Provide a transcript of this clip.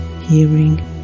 hearing